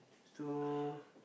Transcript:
so